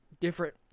different